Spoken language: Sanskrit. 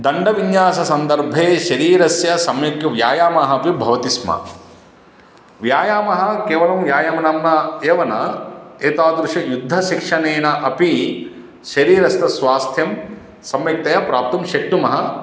दण्डविन्याससन्दर्भे शरीरस्य सम्यक्व्यायामः अपि भवति स्म व्यायामः केवलं व्यायामनाम्ना एव न एतादृशयुद्धशिक्षणेन अपि शरीरस्थस्वास्थ्यं सम्यक्तया प्राप्तुं शक्नुमः